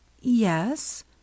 Yes